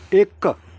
ਇੱਕ